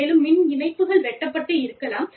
மேலும் மின் இணைப்புகள் வெட்டப்பட்டிருக்கலாம்